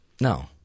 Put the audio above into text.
No